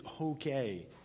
okay